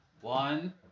one